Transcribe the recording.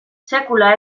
sekula